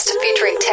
featuring